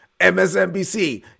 MSNBC